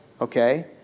Okay